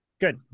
Good